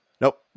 nope